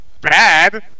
Bad